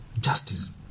justice